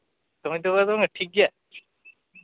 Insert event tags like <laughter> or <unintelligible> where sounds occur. <unintelligible> ᱴᱷᱤᱠ ᱜᱮᱭᱟ